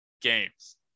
games